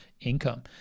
income